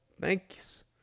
Thanks